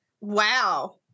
wow